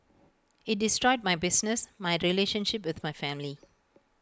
IT destroyed my business my relationship with my family